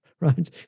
right